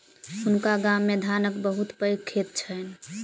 हुनका गाम मे धानक बहुत पैघ खेत छैन